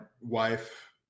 wife